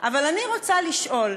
אבל אני רוצה לשאול: